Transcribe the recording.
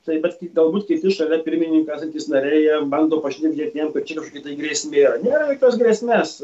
tai bet kai galbūt kiti šalia pirmininko esantys nariai bando pašnibždėt jam kad čia kakžkokia tai grės nėra nėra jokios grėsmės